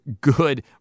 good